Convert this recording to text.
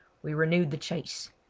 we renewed the chase.